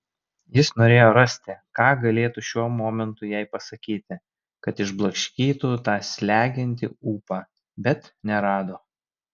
jis norėjo rasti ką galėtų šiuo momentu jai pasakyti kad išblaškytų tą slegiantį ūpą bet nerado